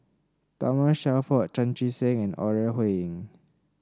Thomas Shelford Chan Chee Seng and Ore Huiying